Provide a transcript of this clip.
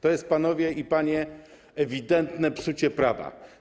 To jest, panowie i panie, ewidentne psucie prawa.